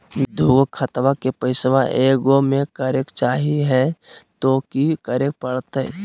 दू गो खतवा के पैसवा ए गो मे करे चाही हय तो कि करे परते?